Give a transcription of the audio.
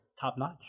top-notch